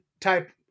type